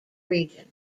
region